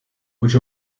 which